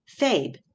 Fabe